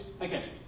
Okay